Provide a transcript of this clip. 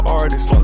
artist